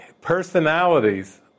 personalities